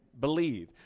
believe